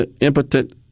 impotent